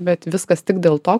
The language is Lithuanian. bet viskas tik dėl to